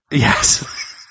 Yes